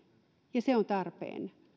ja se on tarpeen